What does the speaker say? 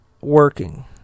working